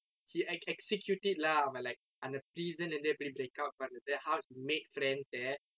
he ex~ executed lah but like அந்த:antha prison லே இருந்து எப்படி:lae irunthu eppadi break out பண்றது:pandrathu how he made friends there